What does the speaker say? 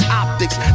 optics